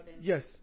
Yes